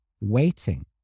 waiting